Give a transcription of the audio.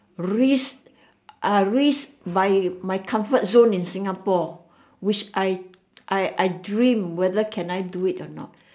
risk ah risk my my comfort zone in Singapore which I I I dream whether can I do it or not